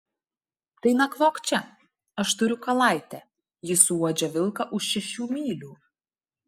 tai nakvok čia aš turiu kalaitę ji suuodžia vilką už šešių mylių